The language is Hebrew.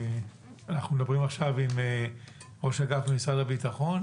אנחנו מדברים עכשיו עם ראש אגף במשרד הביטחון,